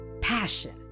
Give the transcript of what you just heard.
passion